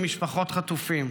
עם משפחות חטופים,